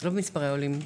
לא במספרי העולים.